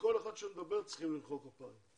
שכל אחד שמדבר, צריכים למחוא לו כפיים.